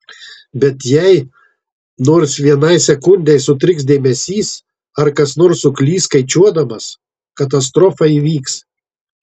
bet jei nors vienai sekundei sutriks dėmesys ar kas nors suklys skaičiuodamas katastrofa įvyks